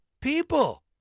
People